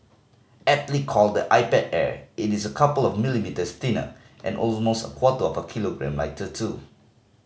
aptly called the iPad Air it is a couple of millimetres thinner and almost a quarter of a kilogram lighter too